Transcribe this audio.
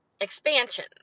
expansion